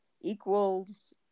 equals